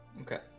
Okay